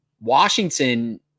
Washington